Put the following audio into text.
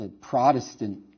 Protestant